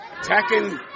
attacking